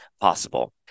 possible